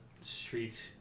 street